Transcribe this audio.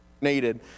needed